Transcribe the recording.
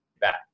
back